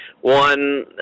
One